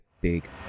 Big